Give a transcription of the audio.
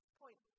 point